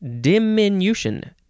Diminution